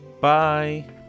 Bye